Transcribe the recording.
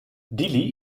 dili